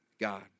God